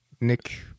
Nick